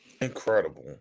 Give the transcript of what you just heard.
Incredible